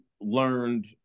learned